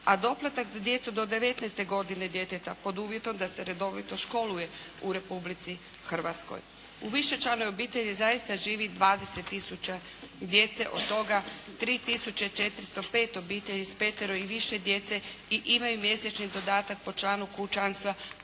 a doplatak za djecu do 19. godine djeteta pod uvjetom da se redovito školuje u Republici Hrvatskoj. U višečlanoj obitelji zaista živi 20 tisuća djece, od toga 3 tisuće 405 obitelji s petero i više djece i imaju mjesečni dodatak po članu kućanstva koji